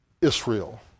Israel